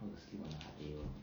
how to sleep on a hard table